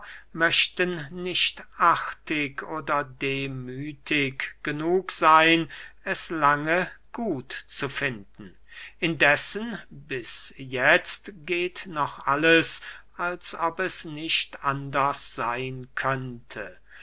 möchten nicht artig oder demüthig genug seyn es lange gut zu finden indessen bis jetzt geht noch alles als ob es nicht anders seyn könnte